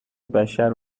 بشر